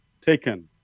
taken